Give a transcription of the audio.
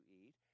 eat